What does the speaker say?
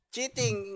Cheating